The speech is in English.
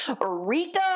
Rico